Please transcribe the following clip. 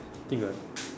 think ah